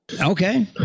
Okay